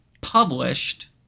published